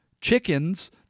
chickens